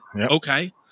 Okay